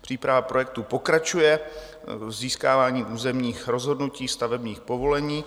Příprava projektů pokračuje získáváním územních rozhodnutí, stavebních povolení.